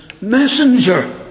messenger